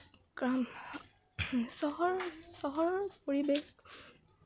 কাৰণ চহৰ চহৰৰ পৰিবেশ